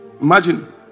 Imagine